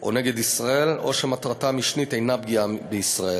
או נגד ישראל או שמטרתה המשנית אינה פגיעה בישראל.